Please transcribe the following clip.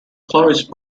closed